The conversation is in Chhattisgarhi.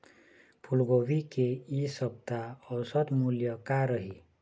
फूलगोभी के इ सप्ता औसत मूल्य का रही?